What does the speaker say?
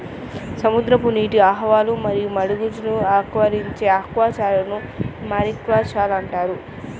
సముద్రపు నీటి ఆవాసాలు మరియు మడుగులలో ఆచరించే ఆక్వాకల్చర్ను మారికల్చర్ అంటారు